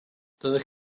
doeddech